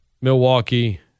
Milwaukee